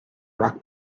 rock